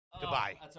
Goodbye